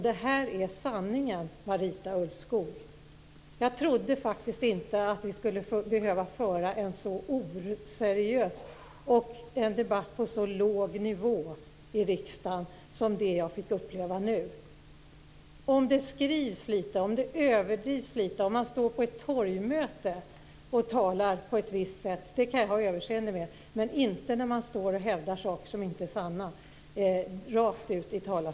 Det här är sanningen, Marita Ulvskog. Jag trodde faktiskt inte att vi skulle behöva föra en så här oseriös debatt och att det skulle vara en så låg nivå i riksdagen som den jag nu fick uppleva. Jag kan ha överseende om det skrivs lite, om det överdrivs lite och om man står på ett torgmöte och talar på ett visst sätt. Men jag kan inte ha överseende med att man står i talarstolen och hävdar saker som inte är sanna.